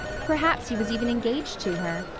perhaps he was even engaged to her.